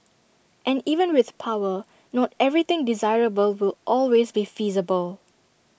and even with power not everything desirable will always be feasible